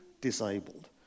disabled